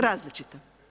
Različite.